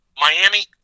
Miami